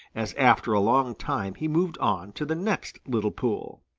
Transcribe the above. as after a long time he moved on to the next little pool.